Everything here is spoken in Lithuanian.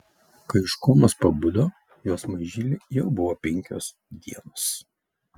kai iš komos pabudo jos mažylei jau buvo penkios dienos